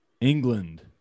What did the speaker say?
England